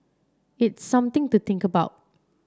it's something to think about